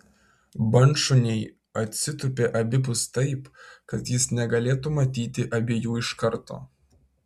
bandšuniai atsitūpė abipus taip kad jis negalėtų matyti abiejų iškarto